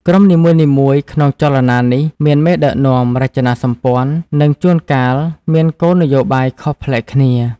ក្រុមនីមួយៗក្នុងចលនានេះមានមេដឹកនាំ រចនាសម្ព័ន្ធ និងជួនកាលមានគោលនយោបាយខុសប្លែកគ្នា។